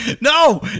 No